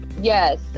Yes